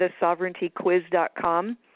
thesovereigntyquiz.com